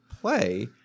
play